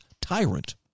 tyrant